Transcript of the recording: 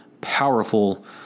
powerful